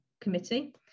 committee